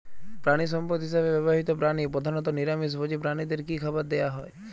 প্রাণিসম্পদ হিসেবে ব্যবহৃত প্রাণী প্রধানত নিরামিষ ভোজী প্রাণীদের কী খাবার দেয়া হয়?